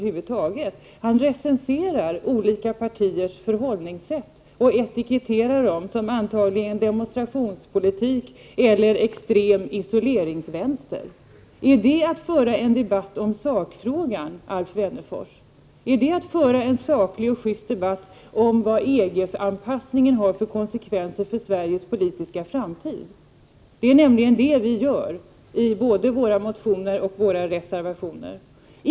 Han recenserar olika partiers förhållningssätt och sätter etiketter på dem — det kan handla om demonstrationspolitik, extrem isoleringsvänster etc. Är det att föra en debatt om sakfrågan, Alf Wennerfors? Är det att föra en saklig och schyst debatt om vad EG-anpassningen får för konsekvenser för Sveriges politiska framtid? Sådana frågor ägnar vi oss åt i både våra motioner och reservationer.